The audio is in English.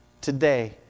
today